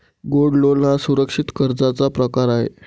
gold loan हा सुरक्षित कर्जाचा प्रकार आहे